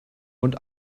und